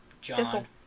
John